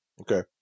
Okay